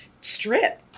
strip